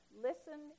listen